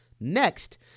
Next